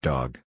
Dog